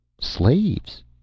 Slaves